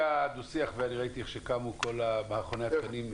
הדו שיח וראיתי איך שקמו כל מכוני התקנים,